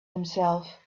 himself